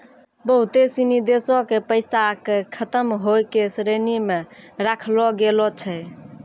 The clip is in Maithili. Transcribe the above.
बहुते सिनी देशो के पैसा के खतम होय के श्रेणी मे राखलो गेलो छै